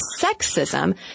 sexism